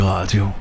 Radio